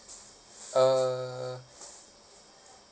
uh